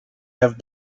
have